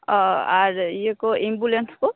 ᱚᱻ ᱟᱨ ᱤᱭᱟᱹᱠᱚ ᱮᱢᱵᱩᱞᱮᱱᱥ ᱠᱚ